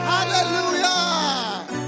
Hallelujah